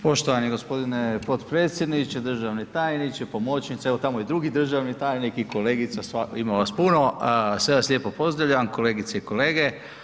Poštovani gospodine potpredsjedniče, državni tajniče, pomoćnice, evo tamo je i drugi državni tajnik i kolegica ima vas puno, sve vas lijepo pozdravljam, kolegice i kolege.